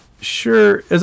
sure